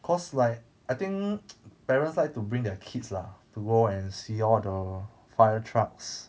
cause like I think parents like to bring their kids lah to go and see all the fire trucks